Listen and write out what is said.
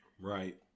Right